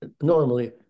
normally